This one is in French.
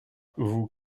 vous